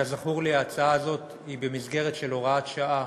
כזכור לי, ההצעה הזאת היא במסגרת של הוראת שעה,